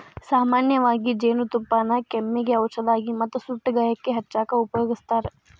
ಸಾಮನ್ಯವಾಗಿ ಜೇನುತುಪ್ಪಾನ ಕೆಮ್ಮಿಗೆ ಔಷದಾಗಿ ಮತ್ತ ಸುಟ್ಟ ಗಾಯಕ್ಕ ಹಚ್ಚಾಕ ಉಪಯೋಗಸ್ತಾರ